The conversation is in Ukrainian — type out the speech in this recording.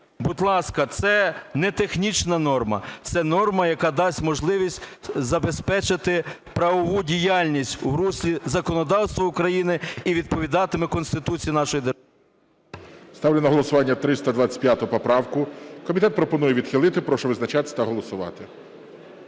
Будь ласка, це не технічна норма, це норма, яка дасть можливість забезпечити правову діяльність у руслі законодавства України і відповідатиме Конституції нашої держави. ГОЛОВУЮЧИЙ. Ставлю на голосування 325 поправку. Комітет пропонує відхилити. Прошу визначатися та голосувати.